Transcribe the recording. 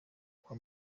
kwa